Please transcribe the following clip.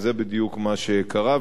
וזה בדיוק מה שקרה.